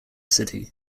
city